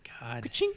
God